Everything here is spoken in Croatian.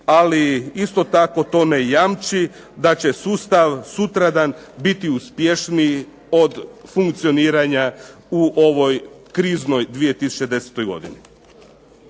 ali isto tako to ne jamči da će sustav sutradan biti uspješniji od funkcioniranja u ovoj kriznoj 2010. godini.